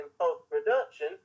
post-production